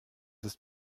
ist